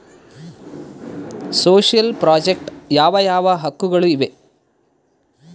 Social project ಯಾವ ಯಾವ ಹಕ್ಕುಗಳು ಇವೆ?